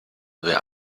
wer